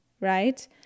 Right